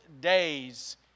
days